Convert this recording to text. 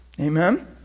Amen